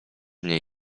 mnie